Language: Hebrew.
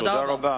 תודה רבה.